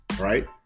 right